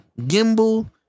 gimbal